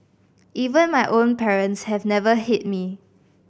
even my own parents have never hit me